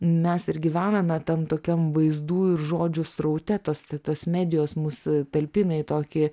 mes ir gyvename tam tokiam vaizdų ir žodžių sraute tos tos medijos mus talpina į tokį